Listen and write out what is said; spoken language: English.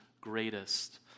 greatest